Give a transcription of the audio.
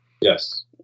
Yes